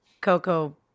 Coco